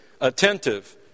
attentive